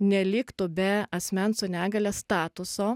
neliktų be asmens su negalia statuso